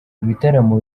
ibitaramo